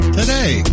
today